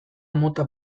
mota